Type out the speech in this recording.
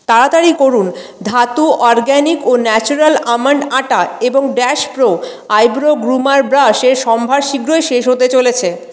তাড়াতাড়ি করুন ধাতু অরগ্যানিক ও ন্যাচারাল আমন্ড আটা এবং ড্যাশ প্রো আইব্রো গ্রুমার ব্রাশের সম্ভার শীঘ্রই শেষ হতে চলেছে